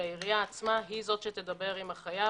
שהעירייה עצמה היא זו שתדבר עם החייב